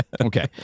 Okay